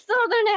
southern